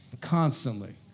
Constantly